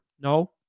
No